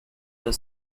the